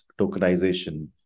tokenization